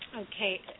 Okay